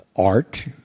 art